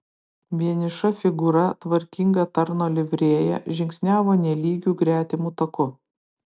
vieniša figūra tvarkinga tarno livrėja žingsniavo nelygiu gretimu taku